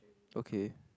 okay